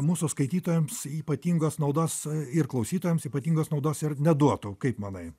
mūsų skaitytojams ypatingos naudos ir klausytojams ypatingos naudos neduotų kaip manai